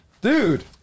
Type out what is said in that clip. dude